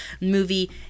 movie